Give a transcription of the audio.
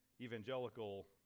evangelical